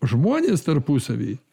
žmonės tarpusavy